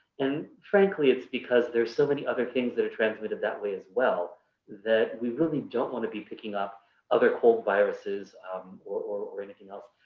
and frankly, it's because there's so many other things that are transmitted that way as well that we really don't want to be picking up other cold viruses or or anything else,